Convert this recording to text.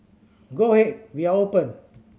go ahead we are open